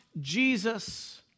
Jesus